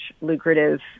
lucrative